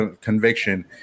conviction